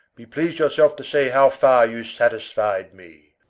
be pleas'd your selfe to say how farre you satisfide me